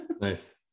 nice